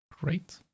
Great